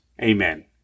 Amen